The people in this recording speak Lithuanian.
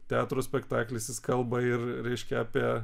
teatro spektaklis jis kalba ir reiškia apie